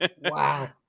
wow